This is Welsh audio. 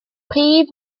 prif